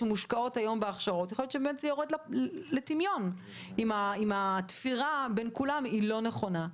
שמושקעים היום בהכשרות יורדים לטמיון אם התפירה בין כולם לא נכונה.